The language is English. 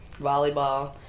Volleyball